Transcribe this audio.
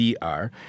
Dr